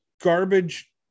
garbage